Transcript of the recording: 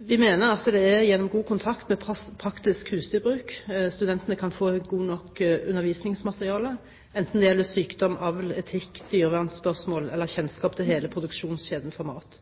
Vi mener det er gjennom god kontakt med praktisk husdyrbruk studentene kan få godt nok undervisningsmateriale, enten det gjelder sykdom, avl, etikk, dyrevernsspørsmål eller kjennskap til hele produksjonskjeden for mat.